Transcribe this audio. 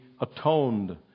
atoned